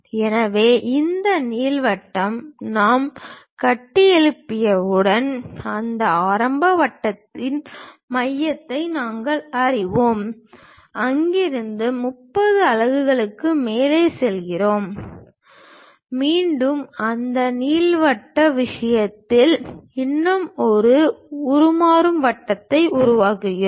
எனவே இந்த நீள்வட்டத்தை நாம் கட்டியெழுப்பியவுடன் அந்த ஆரம்ப வட்டத்தின் மையத்தை நாங்கள் அறிவோம் அங்கிருந்து 30 அலகுகள் மேலே செல்கிறோம் மீண்டும் இந்த நீள்வட்ட விஷயத்தில் இன்னும் ஒரு உருமாறும் வட்டத்தை உருவாக்குகிறோம்